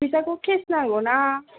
फैसाखौ केश नांगौना